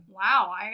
Wow